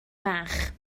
bach